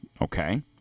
Okay